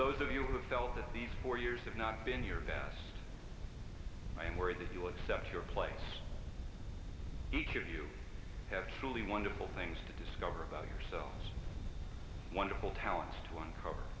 you who felt that these four years have not been your best i am worried that you will accept your place each of you have truly wonderful things to discover about yourselves wonderful talents to uncover